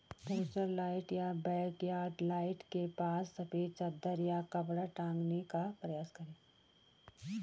porch light या backyard light के पास सफेद चादर या कपड़ा टांगने का प्रयास करें